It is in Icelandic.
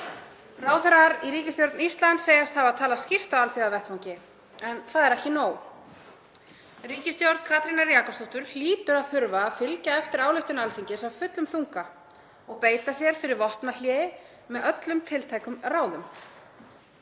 Ráðherrar í ríkisstjórn Íslands segjast hafa talað skýrt á alþjóðavettvangi en það er ekki nóg. Ríkisstjórn Katrínar Jakobsdóttur hlýtur að þurfa að fylgja eftir ályktun Alþingis af fullum þunga og beita sér fyrir vopnahléi með öllum tiltækum ráðum.